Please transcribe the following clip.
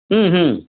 ಹ್ಞೂ ಹ್ಞೂ